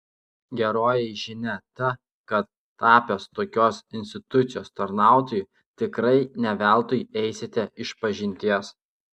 geroji žinia ta kad tapęs tokios institucijos tarnautoju tikrai ne veltui eisite išpažinties